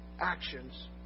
actions